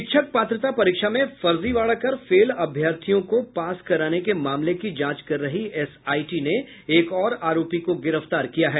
शिक्षक पात्रता परीक्षा में फर्जीवाड़ा कर फेल अभ्यर्थियों को पास कराने के मामले की जांच कर रही एसआईटी ने एक और आरोपी को गिरफ्तार किया है